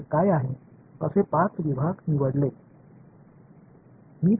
எனவே எனது அளவு என்னவாக இருக்கும் என்பதற்கான 5 பிரிவுகளை நான் தேர்ந்தெடுத்தேன்